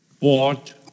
bought